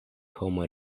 homoj